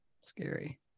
Scary